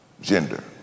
gender